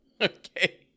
okay